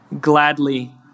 gladly